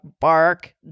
bark